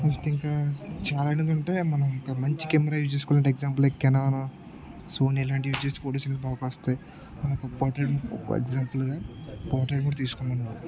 next ఇంకా chartered ఉంటే మనం ఒక మంచి కెమెరా యూస్ చేసుకోవాలి అంటే ఎక్సాంపుల్ లైక్ కెనాన్ సోనీ ఇలాంటి యూస్ చేస్తే ఫోటోస్ బాగా వస్తాయి మనకు పోటేట్ ఒక ఎక్సాంపుల్గా పోట్రేట్ కూడా తీసుకున్నాం